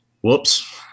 whoops